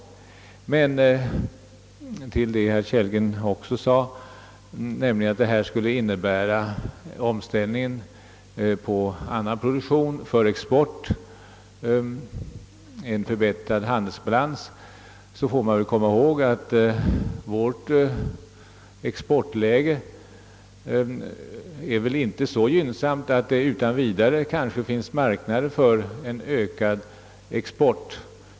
Herr Kellgren sade också att omställningen till annan produktion för export skulle innebära en förbättrad handelsbalans, men man får väl komma ihåg att vårt exportläge inte är så ljust att det utan vidare finns marknader för en ökad export.